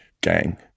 gang